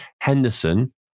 Henderson